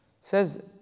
says